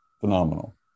Phenomenal